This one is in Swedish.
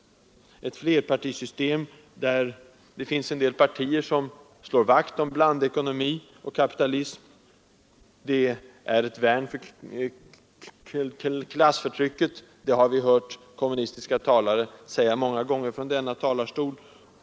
Ett flerpartisystem, där en del partier slår vakt om blandekonomi och kapitalism, är ett värn för klassförtrycket — det har vi hört kommunistiska talare säga många gånger från denna talarstol.